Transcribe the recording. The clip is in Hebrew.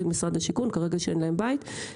משפחות שעוד אין להם בית יוכלו לקנות בית.